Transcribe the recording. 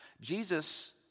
Jesus